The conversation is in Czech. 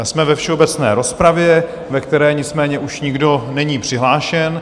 Jsme ve všeobecné rozpravě, ve které nicméně už nikdo není přihlášen.